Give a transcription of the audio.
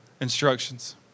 instructions